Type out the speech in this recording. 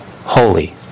holy